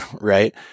Right